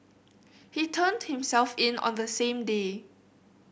he turned himself in on the same day